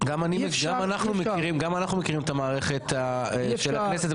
גם אנחנו מכירים את המערכת של הכנסת,